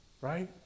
Right